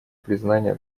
признание